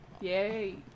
Yay